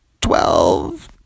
twelve